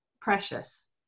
precious